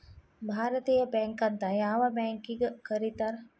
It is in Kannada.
ಭಾರತೇಯ ಬ್ಯಾಂಕ್ ಅಂತ್ ಯಾವ್ ಬ್ಯಾಂಕಿಗ್ ಕರೇತಾರ್?